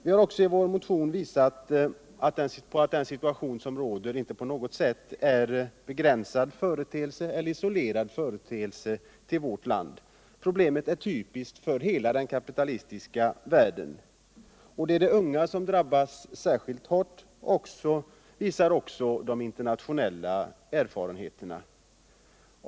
Vi har också i vår motion visat på att den sitaution som råder inte på något sätt är en till vårt land begränsad eller isolerad företeelse. Problemet är typiskt för hela den kapitalistiska världen. Att det är de unga som drabbas särskilt hårt visar också de internationella erfarenheterna.